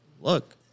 look